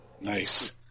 Nice